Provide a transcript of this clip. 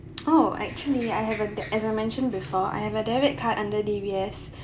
oh actually I haven't as I mentioned before I have a debit card under D_B_S